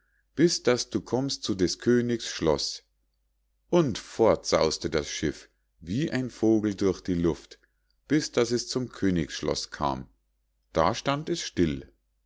bis daß du kommst zu des königs schloß und fort saus'te das schiff wie ein vogel durch die luft bis daß es zum königsschloß kam da stand es still